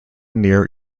near